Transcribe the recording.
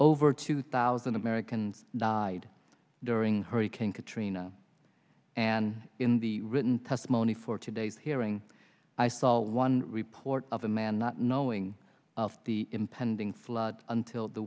over two thousand americans died during hurricane katrina and in the written testimony for today's hearing i saw one report of a man not knowing of the impending flood until the